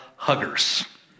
huggers